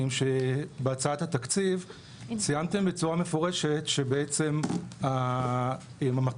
בהצעת התקציב ציינתם בצורה מפורשת שהמטרה,